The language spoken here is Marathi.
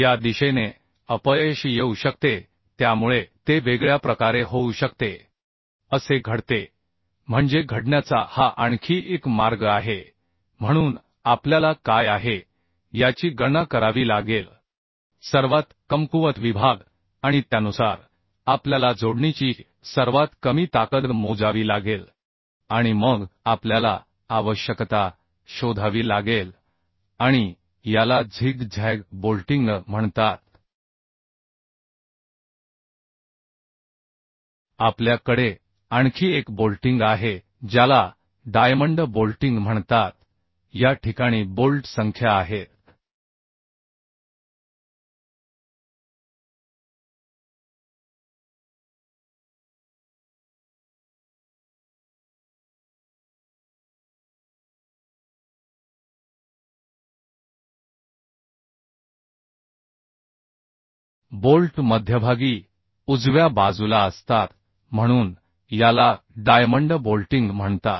या दिशेने अपयश येऊ शकते त्यामुळे ते वेगळ्या प्रकारे होऊ शकते असे घडते म्हणजे घडण्याचा हा आणखी एक मार्ग आहे म्हणून आपल्याला काय आहे याची गणना करावी लागेल सर्वात कमकुवत विभाग आणि त्यानुसार आपल्याला जोडणीची सर्वात कमी ताकद मोजावी लागेल आणि मग आपल्याला आवश्यकता शोधावी लागेल आणि याला झिग झॅग बोल्टिंग म्हणतात आपल्या कडे आणखी एक बोल्टिंग आहे ज्याला डायमंड बोल्टिंग म्हणतात या ठिकाणी बोल्ट संख्या आहेत बोल्ट मध्यभागी उजव्या बाजूला असतात म्हणून याला डायमंड बोल्टिंग म्हणतात